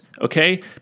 okay